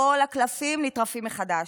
כל הקלפים נטרפים מחדש.